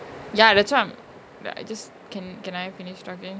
ya that's why ya just can can I finish talking